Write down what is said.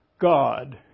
God